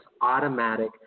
automatic